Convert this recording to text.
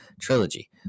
trilogy